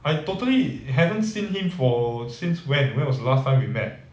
I totally haven't seen him for since when when was the last time we met